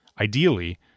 Ideally